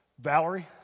Valerie